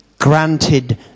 granted